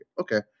Okay